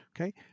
okay